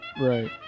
Right